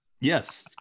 yes